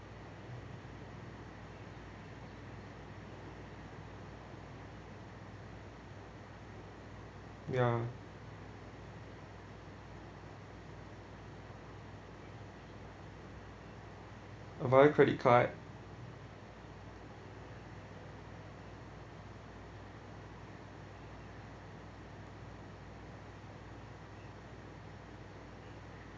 ya via credit card